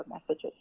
messages